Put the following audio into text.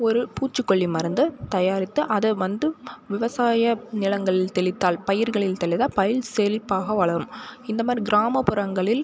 ஒரு பூச்சிக்கொல்லி மருந்து தயாரித்து அதை வந்து விவசாய நிலங்களில் தெளித்தால் பயிர்களில் தெளித்தால் பயிர்கள் செழிப்பாக வளரும் இந்த மாதிரி கிராமப்புறங்களில்